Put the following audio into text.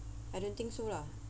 I don't think so lah